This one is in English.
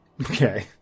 Okay